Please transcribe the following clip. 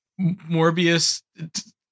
Morbius